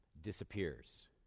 disappears